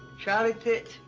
charley pitts,